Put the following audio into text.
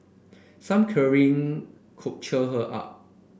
some cuddling could cheer her up